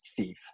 thief